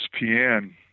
ESPN